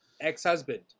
Ex-husband